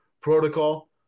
protocol